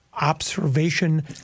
observation